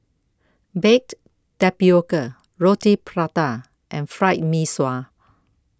Baked Tapioca Roti Prata and Fried Mee Sua